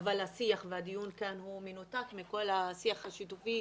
אבל השיח והדיון כאן מנותק מכל השיח השיתופי